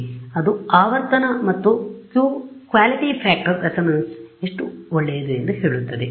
ಆದ್ದರಿಂದ ಅದು ಆವರ್ತನ ಮತ್ತು Q quality factor quality factor resonance ಎಷ್ಟು ಒಳ್ಳೆಯದು ಎಂದು ಹೇಳುತ್ತದೆ